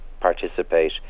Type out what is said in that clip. participate